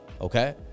Okay